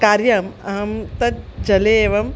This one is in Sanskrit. कार्यम् अहं तत् जले एवम्